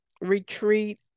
retreat